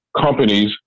companies